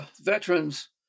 veterans